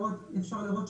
אפשר לראות,